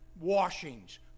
washings